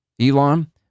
Elon